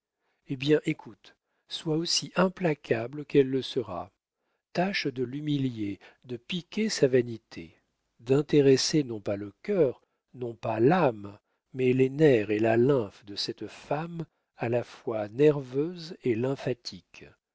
hé bien écoute sois aussi implacable qu'elle le sera tâche de l'humilier de piquer sa vanité d'intéresser non pas le cœur non pas l'âme mais les nerfs et la lymphe de cette femme à la fois nerveuse et